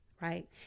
right